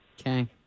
Okay